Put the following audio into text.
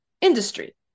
industry